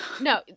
no